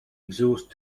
exhaust